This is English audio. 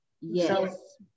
Yes